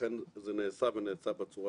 אני מתחייב לעמוד בשני האתגרים האלה.